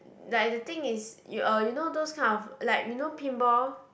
like the thing is you or you know those kind of like you know pinball